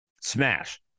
Smash